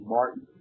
Martin